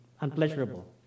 unpleasurable